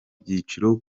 byiciro